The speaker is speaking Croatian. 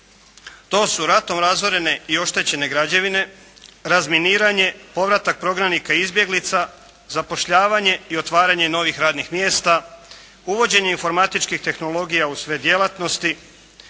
To su ratom razorene i oštećene građevine, razminiranje, povratak prognanika i izbjeglica, zapošljavanje i otvaranje novih radnih mjesta, uvođenje informatičkih tehnologija u sve djelatnosti,